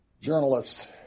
journalists